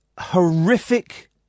horrific